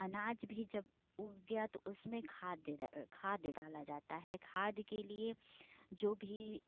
अनाज भी जब उग गया तो उसमें खाद देता है खाद डाला जाता है खाद के लिए जो भी